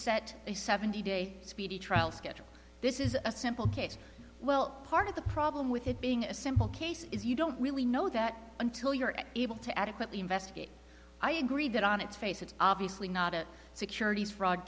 a seventy day speedy trial schedule this is a simple case well part of the problem with it being a simple case is you don't really know that until you're at able to adequately investigate i agree that on its face it's obviously not a securities fraud